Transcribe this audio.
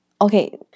okay